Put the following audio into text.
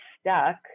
stuck